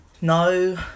no